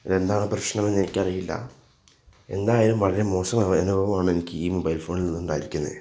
എന്താണ് പ്രശ്നമെന്ന് എനിക്ക് അറിയില്ല എന്തായാലും വളരെ മോശം അനുഭവമാണ് എനിക്ക് ഈ മൊബൈൽ ഫോണിൽ നിന്ന് ഉണ്ടായിരിക്കുന്നത്